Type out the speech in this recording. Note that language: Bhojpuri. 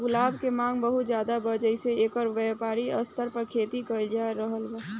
गुलाब के मांग बहुत ज्यादा बा जेइसे एकर व्यापारिक स्तर पर खेती कईल जा रहल बा